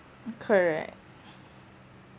mm correct